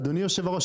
אדוני היושב-ראש,